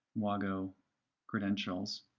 wago credentials,